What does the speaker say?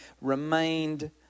remained